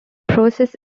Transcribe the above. process